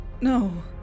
No